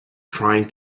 trying